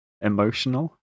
emotional